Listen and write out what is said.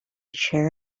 chair